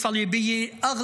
(אומר בערבית: ואללה